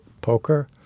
poker